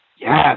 Yes